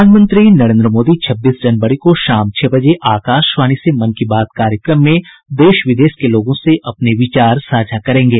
प्रधानमंत्री नरेन्द्र मोदी छब्बीस जनवरी को शाम छह बजे आकाशवाणी से मन की बात कार्यक्रम में देश विदेश के लोगों से अपने विचार साझा करेंगे